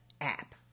app